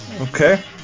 Okay